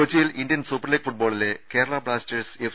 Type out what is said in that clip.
കൊച്ചിയിൽ Indian Super League ഫുട്ബോളിലെ Kerala Blasters F